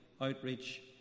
outreach